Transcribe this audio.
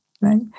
Right